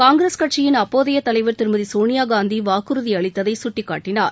காங்கிரஸ் கட்சியின் அப்போதைய தலைவர் திருமதி சோளியா காந்தி வாக்குறதி அளித்ததை சுட்டிக்காட்டினார்